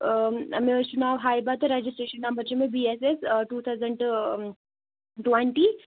اۭ مےٚ حٲز چھُ ناو حَیبا تہٕ ریٚجِسٹرٛیشٮ۪ن نَمبَر چھُ B S S two thousand twenty